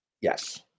Yes